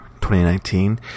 2019